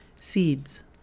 Seeds